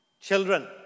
Children